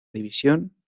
división